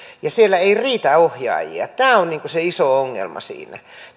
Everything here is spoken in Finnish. ja siellä ei riitä ohjaajia tämä on se iso ongelma siinä